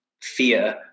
fear